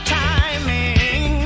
timing